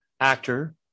actor